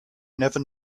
never